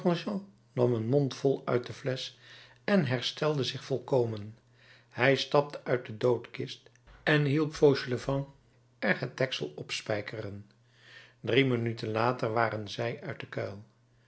nam een mondvol uit de flesch en herstelde zich volkomen hij stapte uit de doodkist en hielp fauchelevent er het deksel opspijkeren drie minuten later waren zij uit den kuil